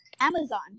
Amazon